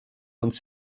uns